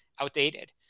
outdated